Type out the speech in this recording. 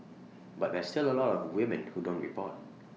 but there's still A lot of women who don't report